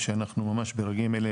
שאנחנו ממש ברגעים אלה,